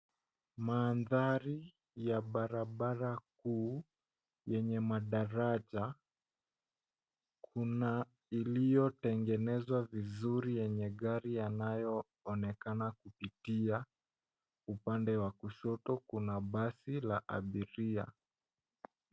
Mandhari ya barabara kuu yenye madaraja kuna iliyotengenezwa vizuri yenye gari yanayoonekana kupitia upande wa kushoto kuna basi la abiria.